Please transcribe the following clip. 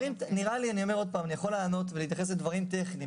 אני אומר עוד פעם: אני יכול לענות ולהתייחס לדברים טכניים.